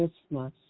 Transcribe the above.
Christmas